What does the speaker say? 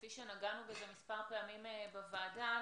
כפי שנגענו בזה מספר פעמים בוועדה,